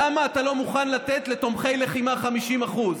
למה אתה לא מוכן לתת לתומכי לחימה 50%?